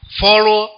follow